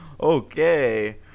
okay